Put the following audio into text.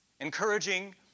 Encouraging